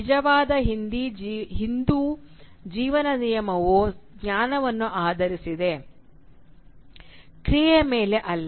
ನಿಜವಾದ ಹಿಂದೂ ಜೀವನ ನಿಯಮವು ಜ್ಞಾನವನ್ನು ಆಧರಿಸಿದೆ ಕ್ರಿಯೆಯ ಮೇಲೆ ಅಲ್ಲ